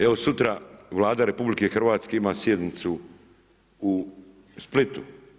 Evo sutra Vlada RH ima sjednicu u Splitu.